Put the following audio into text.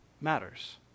matters